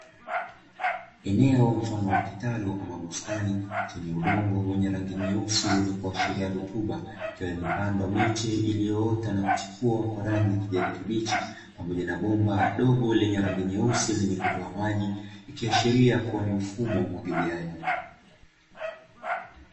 Eneo mfano wa kitalu ama bustani zikiwa zimepandwa mbegu zikiwa zimestawi pembeni kuna bomba la maji ikiashiria kuwa ni mfumo wa kilimo cha kijihadi